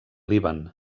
líban